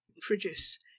produce